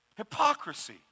Hypocrisy